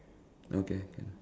okay can